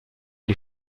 des